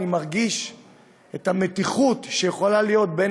אני מרגיש את המתיחות שיכולה להיות בין